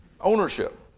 Ownership